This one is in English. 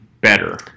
better